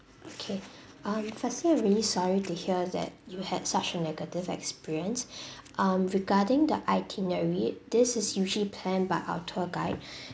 okay um firstly I'm really sorry to hear that you had such a negative experience um regarding the itinerary this is usually planned by our tour guide